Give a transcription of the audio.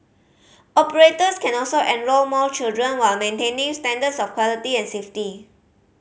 operators can also enrol more children while maintaining standards of quality and safety